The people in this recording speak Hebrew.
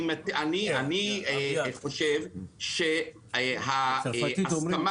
אני חושב שההסכמה